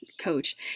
coach